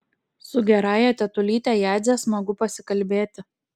su gerąja tetulyte jadze smagu pasikalbėti